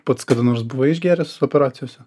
pats kada nors buvai išgėręs operacijose